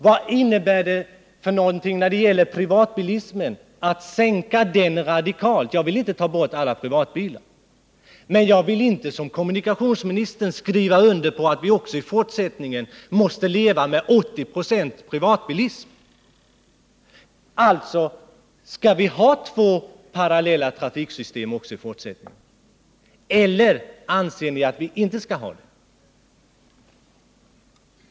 Vad innebär det att sänka privatbilismen radikalt? Jag vill inte ta bort alla privatbilar, men jag vill inte som kommunikationsministern skriva under på att vi också i fortsättningen måste leva med 80 96 privatbilism. Skall vi alltså ha två parallella trafiksystem också i fortsättningen? Eller skall vi inte ha det?